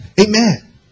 Amen